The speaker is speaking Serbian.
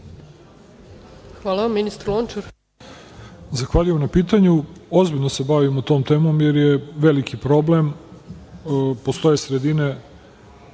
Hvala vam. Ministar Lončar.